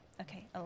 Okay